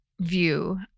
view